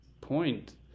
point